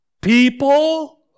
people